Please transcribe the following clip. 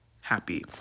happy